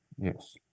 yes